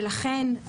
ולכן,